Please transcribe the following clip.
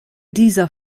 dieser